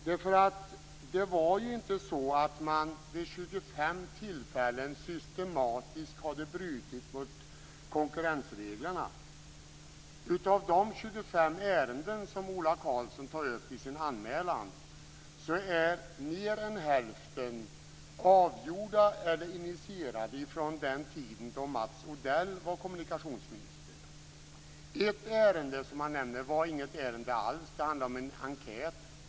Det var nämligen inte så att man vid 25 tillfällen systematiskt hade brutit mot konkurrensreglerna. Av de 25 ärenden som Ola Karlsson tar upp i sin anmälan är mer än hälften avgjorda eller initierade på den tid då Mats Odell var kommunikationsminister. 1 ärende som Ola Karlsson nämner är inget ärende; det handlar om en enkät.